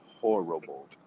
horrible